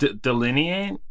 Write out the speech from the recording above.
delineate